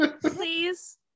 please